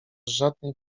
żadnej